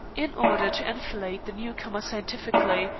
in order to enfilade the new-comer scientifically,